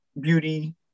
beauty